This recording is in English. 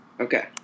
Okay